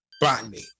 Botany